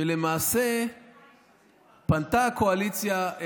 ולמעשה פנתה הקואליציה,